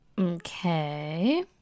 okay